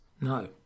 No